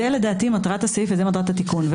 זו לדעתי מטרת הסעיף וזו מטרת התיקון.